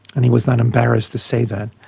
and he was not embarrassed to say that.